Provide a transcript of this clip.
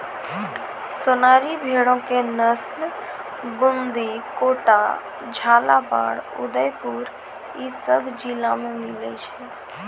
सोनारी भेड़ो के नस्ल बूंदी, कोटा, झालाबाड़, उदयपुर इ सभ जिला मे मिलै छै